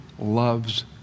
loves